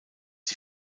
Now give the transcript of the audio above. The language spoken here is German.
die